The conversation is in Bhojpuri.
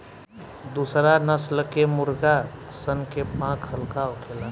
दुसरा नस्ल के मुर्गा सन के पांख हल्का होखेला